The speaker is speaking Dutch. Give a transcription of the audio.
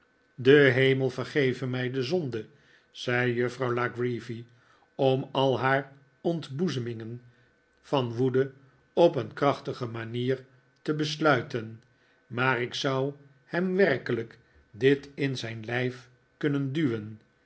de hemel vergeve mij de zonde zei juffrouw la creevy om al haar ontboezemingen van woede op een krachtige manier te besluiten maar ik zou hem werkelijk dit in zijn lijf kunrien duwen